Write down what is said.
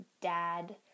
dad